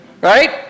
right